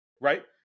right